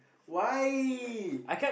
why